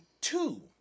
two